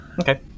Okay